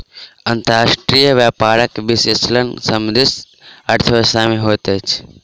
अंतर्राष्ट्रीय व्यापारक विश्लेषण समष्टि अर्थशास्त्र में होइत अछि